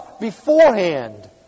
beforehand